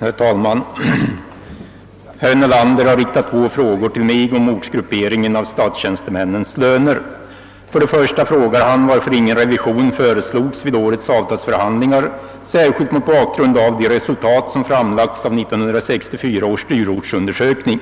Herr talman! Herr Nelander har riktat två frågor till mig om ortsgrupperingen av statstjänstemännens löner. För det första frågar han varför ingen revision föreslogs vid årets avtalsförhandlingar, särskilt mot bakgrund av de resultat som framlagts av 1964 års dyrortsundersökning.